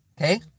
Okay